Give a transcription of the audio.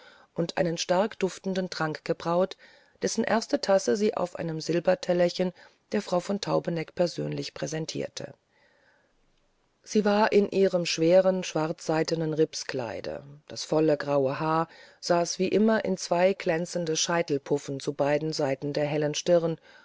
und einen starkduftenden trank gebraut dessen erste tasse sie auf einem silbertellerchen der frau von taubeneck persönlich präsentierte sie war in ihrem schweren schwarzseidenen ripskleide das volle graue haar saß wie immer in zwei glänzenden scheitelpuffen zu beiden seiten der hellen stirn